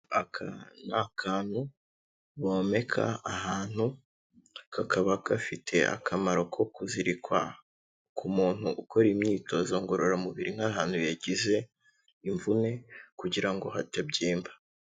Aka ni akantu bomeka ahantu kakaba gafite akamaro ko kuzirikwa ku muntu ukora imyitozo ngororamubiri n'ahantu yagize imvune kugira ngo hatabyimba.